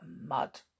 mud